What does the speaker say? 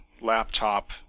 laptop